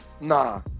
nah